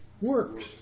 Works